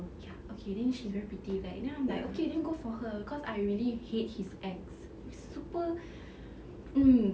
ya okay then she's very pretty like then I'm like okay go for her cause I really hate his ex super mm